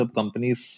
companies